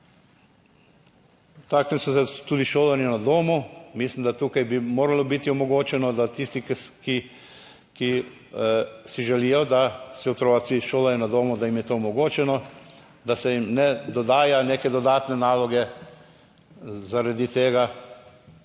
so se tudi šolanja na domu. Mislim, da tukaj bi moralo biti omogočeno, da tisti, ki si želijo, da se otroci šolajo na domu, da jim je to omogočeno, da se jim ne dodaja neke dodatne naloge, zaradi tega